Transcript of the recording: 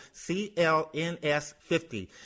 CLNS50